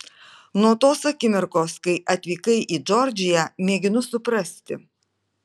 nuo tos akimirkos kai atvykai į džordžiją mėginu suprasti